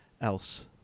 else